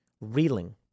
reeling